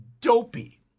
dopey